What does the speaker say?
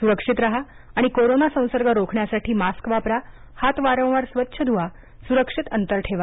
सुरक्षित राहा आणि कोरोना संसर्ग रोखण्यासाठी मास्क वापरा हात वारवार स्वच्छ धुवा सुरक्षित अंतर ठेवा